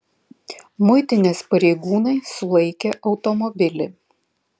muitinės pareigūnai sulaikė automobilį